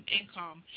income